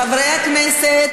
חברי הכנסת.